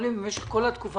תקופה